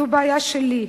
זו בעיה שלי,